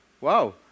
wow